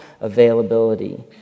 availability